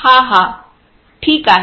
हा हा ठीक आहे